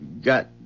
Got